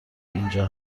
اینجا